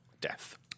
Death